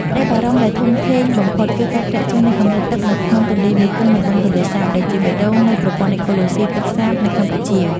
ក្តីបារម្ភដែលធំធេងបំផុត គឺការធ្លាក់ចុះនៃកម្រិតទឹកនៅក្នុងទន្លេមេគង្គ និងបឹងទន្លេសាប ដែលជាបេះដូងនៃប្រព័ន្ធអេកូឡូស៊ីទឹកសាបនៅកម្ពុជា។